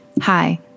Hi